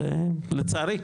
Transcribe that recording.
זה לצערי,